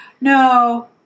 No